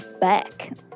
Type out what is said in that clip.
back